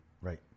Right